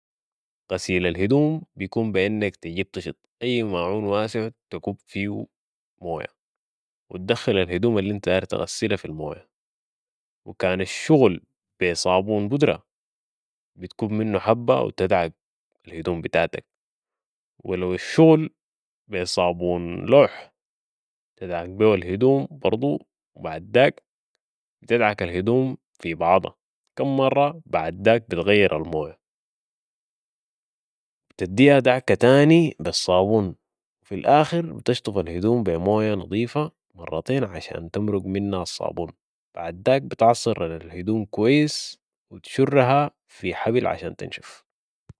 غسيل الهدوم باليدين بكون بي انك تجيب طشت أي ماعون واسع تكب فيو مويه و تدخل الهدوم الانت داير تغسله في المويه وكان الشغل بي صابون بودره بتكب منه حبه و تدعك الهدم بتاعتك و لوالشغل بصابون لوح تدعك بيه الهدوم برضو و بعد داك بتدعك الهدوم في بعضا كم مره بعداك بتغير المويه و بتديها دعكه تانى بالصابون وفي الاخر بتشطف الهدوم بي مويه نضيفه مرتين عشان تمرق منها الصابون بعداك بتعصر الهدوم كويس و تشرها في حبل عشان تنشف